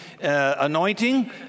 anointing